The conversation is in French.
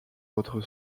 votre